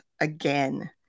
again